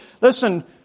listen